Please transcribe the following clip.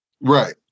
right